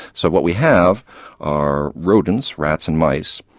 so what we have are rodents, rats and mice,